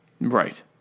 Right